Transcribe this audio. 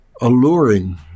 alluring